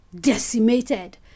decimated